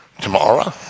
Tomorrow